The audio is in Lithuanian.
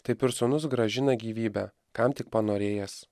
taip ir sūnus grąžina gyvybę kam tik panorėjęs